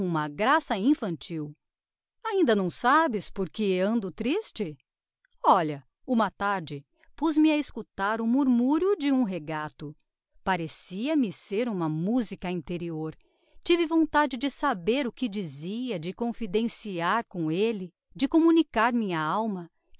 uma graça infantil ainda não sabes porque ando triste olha uma tarde puz-me a escutar o murmurio de um regato parecia-me ser uma musica interior tive vontade de saber o que dizia de confidenciar com elle de communicar minha alma